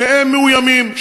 שניהם מאוימים,